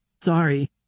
Sorry